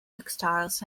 textiles